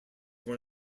one